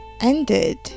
ended